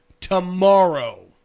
tomorrow